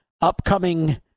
upcoming